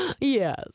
Yes